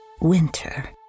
Winter